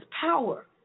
power